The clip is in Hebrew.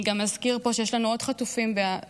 אני גם אזכיר פה שיש לנו עוד חטופים בעזה: